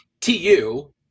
TU